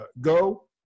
go